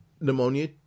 pneumonia